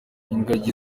ingagi